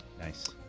Nice